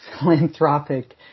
philanthropic